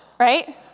right